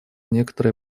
некоторое